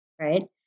right